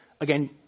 Again